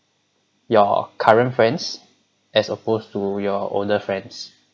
your current friends as opposed to your older friends